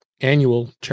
annual